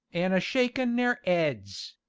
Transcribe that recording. an' a-shakin' their eads,